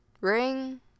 Ring